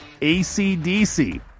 ACDC